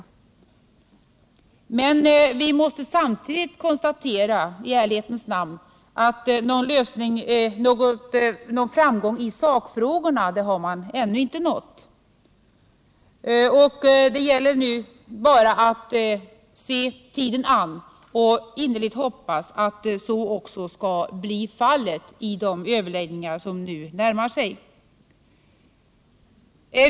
Men vi måste samtidigt i ärlighetens namn konstatera att någon framgång i sakfrågorna ännu inte nåtts. Det gäller nu att se tiden an och innerligt hoppas på de överläggningar som nu närmar sig.